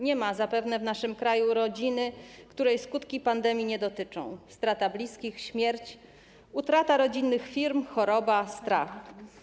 Nie ma zapewne w naszym kraju rodziny, której skutki pandemii nie dotyczą - strata bliskich, śmierć, utrata rodzinnych firm, choroba, strach.